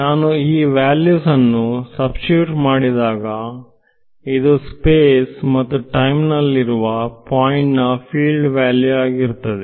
ನಾನು ಈ ವ್ಯಾಲ್ಯೂಸ್ ಅನ್ನು ಸಬ್ಸ್ಟಿಟ್ಯೂಟ್ ಮಾಡಿದಾಗ ಇದು ಸ್ಪೇಸ್ ಮತ್ತು ಟೈಮ್ ನಲ್ಲಿರುವ ಪಾಯಿಂಟ್ ನ ಫೀಲ್ಡ್ ವ್ಯಾಲ್ಯೂ ಆಗಿರುತ್ತದೆ